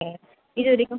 okay இதுவரைக்கும்